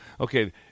okay